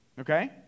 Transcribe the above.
Okay